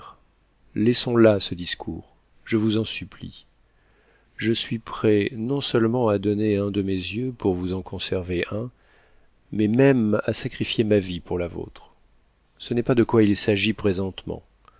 laissons là ce discours je vous en supplie je suis prêt non-seulement à donner un de mes yeux pour vous en conserver un mais même à sacrifier ma vie pour la vôtre ce n'est pas de quoi il s'agit nrésentement